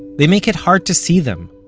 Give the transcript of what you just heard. they make it hard to see them.